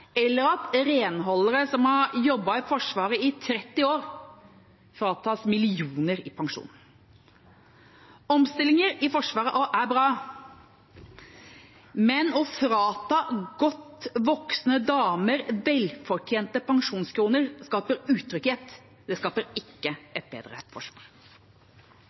eller at renholdere som har jobbet i Forsvaret i 30 år, fratas millioner i pensjon. Omstillinger i Forsvaret er bra, men å frata godt voksne damer velfortjente pensjonskroner skaper utrygghet; det skaper ikke et bedre forsvar.